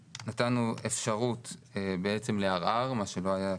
נתנו אפשרות לערר, מה שלא היה קודם.